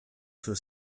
suoi